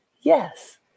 yes